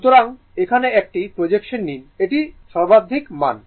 সুতরাং এখানে একটি প্রজেকশন নিন এটি সর্বাধিক মান